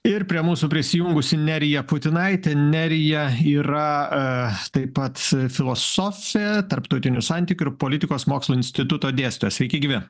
ir prie mūsų prisijungusi nerija putinaitė nerija yra taip pat filosofė tarptautinių santykių ir politikos mokslo instituto dėstytoja sveiki gyvi